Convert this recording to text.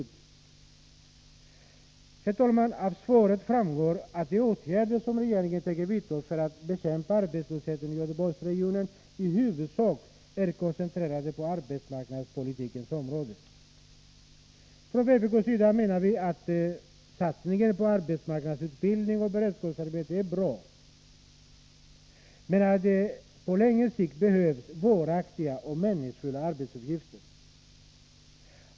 Om struktur aa talman! 5 svaret FRE att de Atykrder som regeringen Ke omvandlingen vidta för att bekämpa arbetslösheten i Göteborgsregionen i huvudsak är nomsvensk koncentrerade till arbetsmarknadspolitikens område. Från vpk:s sida menar vi att satsningen på arbetsmarknadsutbildning och beredskapsarbete är bra, men att det på längre sikt behövs varaktiga och meningsfulla arbetsuppgifter.